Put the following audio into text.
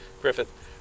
Griffith